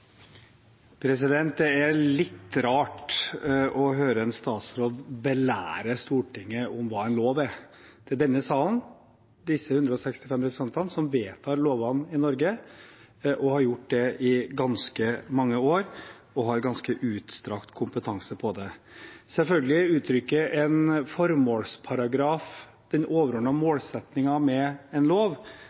Det er litt rart å høre en statsråd belære Stortinget om hva en lov er – til denne salen. Disse 169 representantene som vedtar lovene i Norge, har gjort det i ganske mange år og har ganske utstrakt kompetanse på det. Selvfølgelig uttrykker en formålsparagraf den overordnede målsettingen med en lov,